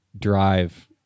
drive